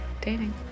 dating